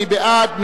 מי בעד?